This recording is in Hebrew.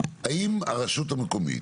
האם הרשות המקומית,